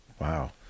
Wow